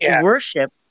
worship